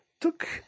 took